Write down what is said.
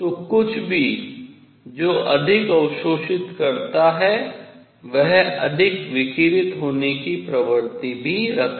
तो कुछ भी जो अधिक अवशोषित करता है वह अधिक विकिरित होने की प्रवृत्ति भी रखता है